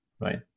right